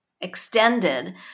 extended